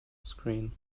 screen